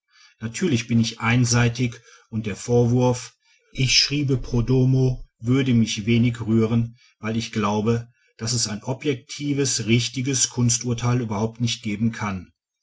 natürlich bin ich einseitig und der vorwurf ich schriebe pro domo würde mich wenig rühren weil ich glaube daß es ein objektives richtiges kunsturteil überhaupt nicht geben kann